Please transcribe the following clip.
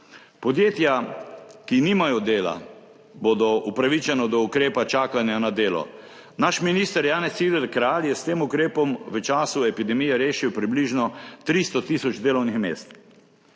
Podjetja, ki nimajo dela, bodo upravičena do ukrepa čakanja na delo. Naš minister Janez Cigler Kralj je s tem ukrepom v času epidemije rešil približno 300 tisoč delovnih mest,